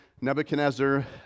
Nebuchadnezzar